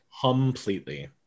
Completely